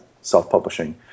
self-publishing